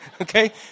Okay